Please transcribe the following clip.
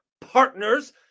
partners